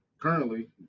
currently